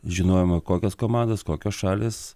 žinojome kokios komandos kokios šalys